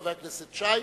חבר הכנסת שי,